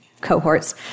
cohorts